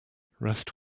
rest